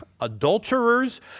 adulterers